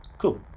Cool